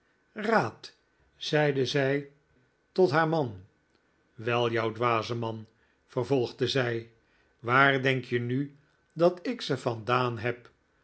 raad zeide zij tot haar man wel jou dwaze man vervolgde zij waar denk je nu dat ik ze vandaan heb